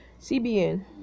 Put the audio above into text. cbn